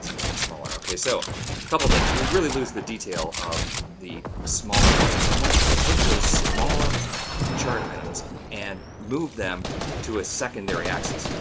little bit smaller okay so, a couple things we really lose the detail of the smaller items. so, i'm going to take those smaller chart items and move them to a secondary axis.